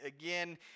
again